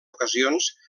ocasions